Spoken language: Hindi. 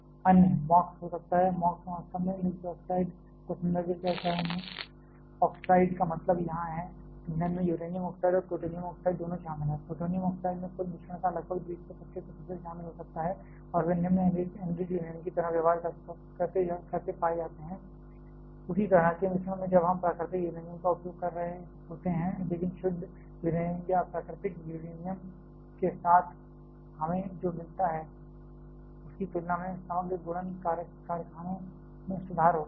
अन्य MOX हो सकते हैं MOX वास्तव में मिक्स ऑक्साइड को संदर्भित करता है मिक्स ऑक्साइड का मतलब यहां है ईंधन में यूरेनियम ऑक्साइड और प्लूटोनियम ऑक्साइड दोनों शामिल हैं प्लूटोनियम ऑक्साइड में कुल मिश्रण का लगभग 20 से 25 प्रतिशत शामिल हो सकता है और वे निम्न एनरिच्ड यूरेनियम की तरह व्यवहार करते पाए जाते हैं उसी तरह के मिश्रण में जब हम प्राकृतिक यूरेनियम का उपयोग कर रहे होते हैं लेकिन शुद्ध यूरेनियम या प्राकृतिक यूरेनियम के साथ हमें जो मिलता है उसकी तुलना में समग्र गुणन कारखानों में सुधार होता है